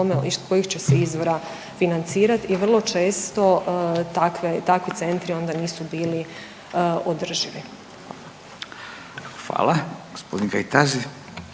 kojih će se izvora financirati i vrlo često takve, takvi centri onda nisu bili održivi. **Radin, Furio